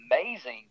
amazing